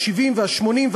וה-70,